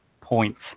points